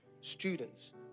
students